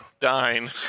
Dine